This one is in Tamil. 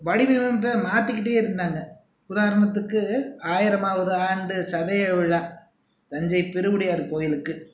வடிவமைப்பே மாற்றிக்கிட்டே இருந்தாங்க உதாரணத்துக்கு ஆயிரமாவது ஆண்டு சதய விழா தஞ்சை பெருவுடையார் கோவிலுக்கு